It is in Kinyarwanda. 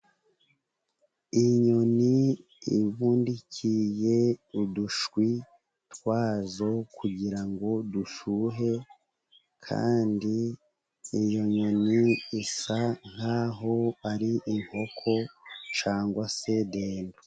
Inyoni ibundikiye udushwi twazo kugirango dushyuhe kandi iyo nyoni isa nkaho ari inkoko cyangwa se dendo.